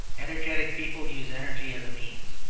energetic people use energy as a means,